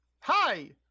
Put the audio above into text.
Hi